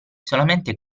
solamente